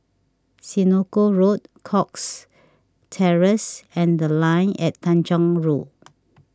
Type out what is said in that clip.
Senoko Road Cox Terrace and the Line At Tanjong Rhu